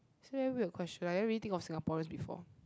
so many weird questions I never really think of Singaporeans before